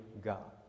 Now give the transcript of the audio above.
God